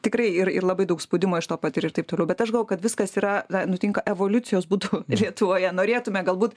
tikrai ir ir labai daug spaudimo iš to patiri ir taip toliau bet aš galvojau kad viskas yra na nutinka evoliucijos būdu ir lietuvoje norėtume galbūt